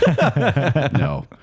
No